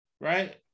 right